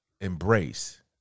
embrace